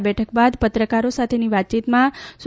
આ બેઠક બાદ પત્રકારી સાથેની વાતચીતમાં સુ